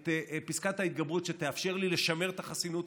את פסקת ההתגברות שתאפשר לי לשמר את החסינות